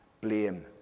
blame